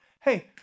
Hey